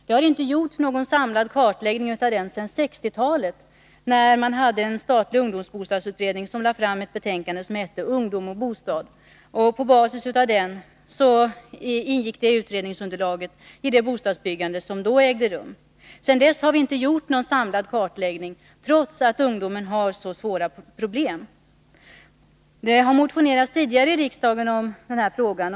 Det har inte gjorts någon samlad kartläggning av den sedan 1960-talet, när en statlig ungdomsbostadsutredning lade fram ett betänkande som hette Ungdom och bostad. Den utredningen ingick i underlaget för det bostadsbyggande som då ägde rum. Sedan har det inte gjorts någon samlad kartläggning, trots att ungdomen har så svåra problem. Det har tidigare motionerats i riksdagen om denna fråga.